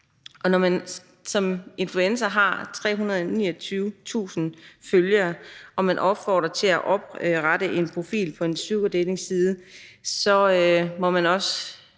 Når man som influencer har 329.000 følgere og man opfordrer til at oprette en profil på en sugardatingside, må man også